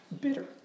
bitter